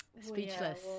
Speechless